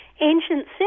Ancient